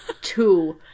two